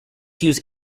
use